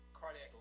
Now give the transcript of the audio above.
Cardiac